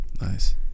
nice